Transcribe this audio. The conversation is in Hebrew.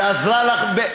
שעזרה לך,